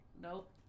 nope